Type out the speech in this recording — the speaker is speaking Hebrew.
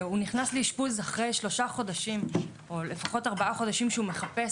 הוא נכנס לאשפוז אחרי לפחות ארבעה חודשים שהוא מחפש